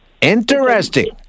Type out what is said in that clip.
interesting